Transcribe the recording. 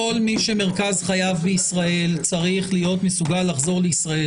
כל מי שמרכז חייו בישראל צריך להיות מסוגל לחזור לישראל.